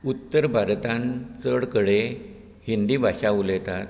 उत्तर भारतान चड कडे हिंदी भाशा उलयतात